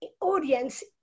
audience